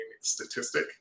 statistic